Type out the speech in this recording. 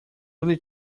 really